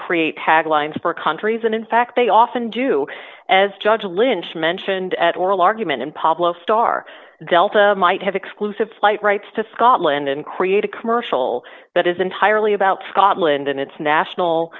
create taglines for countries and in fact they often do as judge lynch mentioned at oral argument and pablo star delta might have exclusive flight rights to scotland and create a commercial that is entirely about scotland and its national